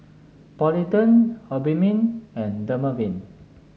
Polident Obimin and Dermaveen